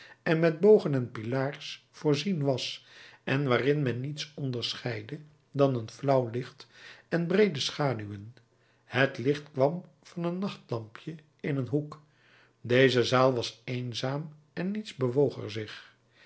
en met bogen en pilaars voorzien was en waarin men niets onderscheidde dan een flauw licht en breede schaduwen het licht kwam van een nachtlampje in een hoek deze zaal was eenzaam en niets bewoog er zich